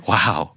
Wow